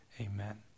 amen